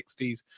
60s